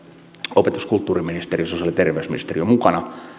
opetus ja kulttuuriministeriö sosiaali ja terveysministeriö mukana